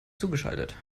zugeschaltet